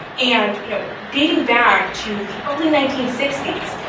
and, you know, dating back to the early nineteen sixty s,